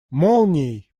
молнией